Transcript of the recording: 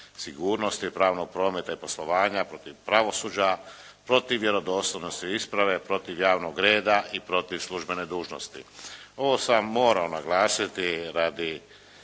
sigurnosti, pravnog prometa i poslovanja, protiv pravosuđa, protiv vjerodostojnosti isprave, protiv javnog reda i protiv službene dužnosti. Ovo sam morao naglasiti radi